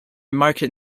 market